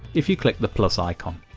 if you click the plus icon.